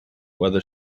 whether